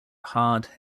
hard